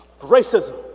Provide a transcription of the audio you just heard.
racism